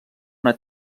una